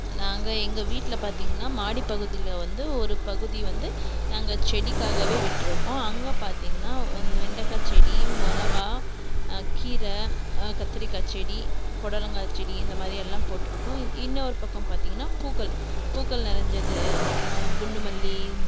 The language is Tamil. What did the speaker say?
நாங்கள் எங்கள் வீட்டில் பார்த்திங்கன்னா மாடி பகுதியில் வந்து ஒரு பகுதி வந்து நாங்கள் செடிக்காகவே விட்டுருக்கோம் அங்கே பார்த்திங்கன்னா வெண்டைக்கா செடி மிளகா கீரை கத்திரிக்காய் செடி புடலங்காய் செடி இந்தமாதிரி எல்லாம் போட்டிருக்கோம் இன்னோரு பக்கம் பார்த்திங்கன்னா பூக்கள் பூக்கள் நெறைஞ்சது குண்டு மல்லி